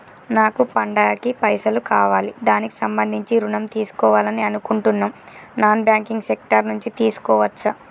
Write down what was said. నాకు పండగ కి పైసలు కావాలి దానికి సంబంధించి ఋణం తీసుకోవాలని అనుకుంటున్నం నాన్ బ్యాంకింగ్ సెక్టార్ నుంచి తీసుకోవచ్చా?